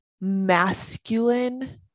masculine